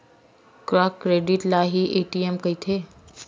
का क्रेडिट ल हि ए.टी.एम कहिथे?